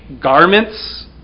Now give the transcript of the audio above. garments